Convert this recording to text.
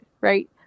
Right